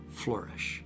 flourish